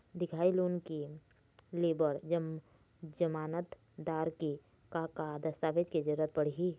दिखाही लोन ले बर जमानतदार के का का दस्तावेज के जरूरत पड़ही?